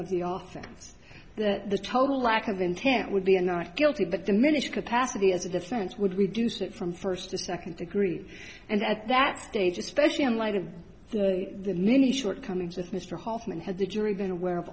officer that the total lack of intent would be a not guilty but diminished capacity as a defense would reduce it from first to second degree and at that stage especially in light of the many shortcomings of mr hoffman had the jury been aware of